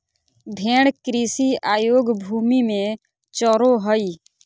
भेड़ कृषि अयोग्य भूमि में चरो हइ